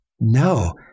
No